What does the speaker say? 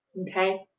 Okay